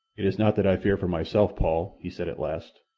it is not that i fear for myself, paul, he said at last.